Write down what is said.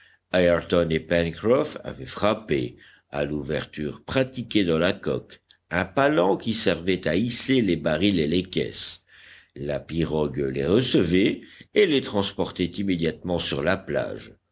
avaient frappé à l'ouverture pratiquée dans la coque un palan qui servait à hisser les barils et les caisses la pirogue les recevait et les transportait immédiatement sur la plage